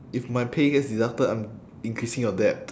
if my pay gets deducted I'm increasing your debt